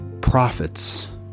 prophets